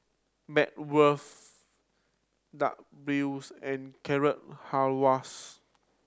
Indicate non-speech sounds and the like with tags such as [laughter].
Bratwurst Dak [unintelligible] and Carrot Halwas